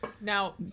now